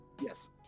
Yes